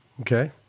Okay